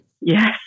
Yes